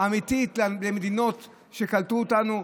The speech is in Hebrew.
אמיתית למדינות שקלטו אותנו,